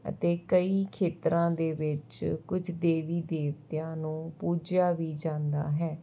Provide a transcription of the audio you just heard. ਅਤੇ ਕਈ ਖੇਤਰਾਂ ਦੇ ਵਿੱਚ ਕੁਝ ਦੇਵੀ ਦੇਵਤਿਆਂ ਨੂੰ ਪੂਜਿਆ ਵੀ ਜਾਂਦਾ ਹੈ